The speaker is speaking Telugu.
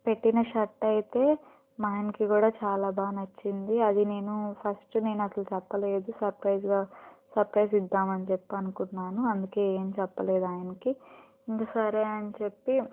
పెట్టిన షర్టు అయితే మా ఆయనకి కూడా చాలా బాగా నచ్చింది అది నేను ఫస్ట్ నేను అసలు చెప్పలేదు సర్ప్రైజ్గా సర్ప్రైజ్ ఇద్దామని చెప్పనుకున్నాను అందుకే ఏం చెప్పలేదు ఆయనకి ఇంకా సరే అని చెప్పి